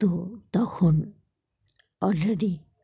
তো তখন অলরেডি